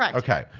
like okay,